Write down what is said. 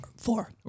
four